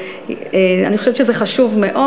אני חושבת שזה חשוב מאוד.